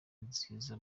nziza